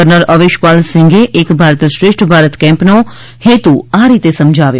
kernel Aveshpal સિંઘે એક ભારત શ્રેષ્ઠ ભારત કેમ્પનો હેતુ આ રીતે સમજાવ્યો